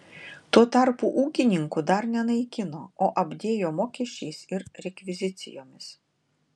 tuo tarpu ūkininkų dar nenaikino o apdėjo mokesčiais ir rekvizicijomis